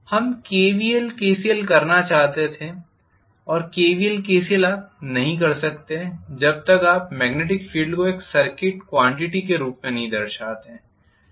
हम KVL KCL करना चाहते थे और आप KVL KCLनहीं कर सकते जब तक आप मेग्नेटिक फील्ड को एक सर्किट क्वांटिटी के रूप में नहीं दर्शाते